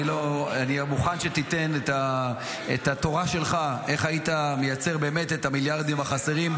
אני מוכן שתיתן את התורה שלך איך היית מייצר באמת את המיליארדים החסרים.